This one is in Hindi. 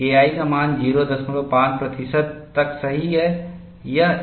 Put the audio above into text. KI का मान 05 प्रतिशत तक सही है